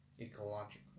ecological